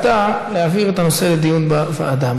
הצעתה להעביר את הנושא לדיון בוועדה.